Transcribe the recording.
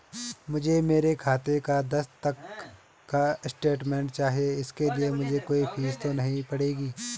मुझे मेरे खाते का दस तक का स्टेटमेंट चाहिए इसके लिए मुझे कोई फीस तो नहीं पड़ेगी?